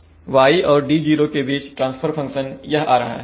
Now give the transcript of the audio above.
y और d0 के बीच ट्रांसफर फंक्शन यह आ रहा है